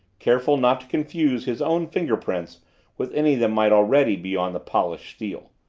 careful not to confuse his own fingerprints with any that might already be on the polished steel.